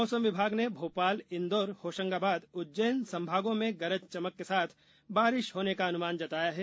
मौसम विभाग ने भोपाल इंदौर होशंगाबाद उज्जैन संभागों में गरज चमक के साथ बारिश होने का अनुमान जताया है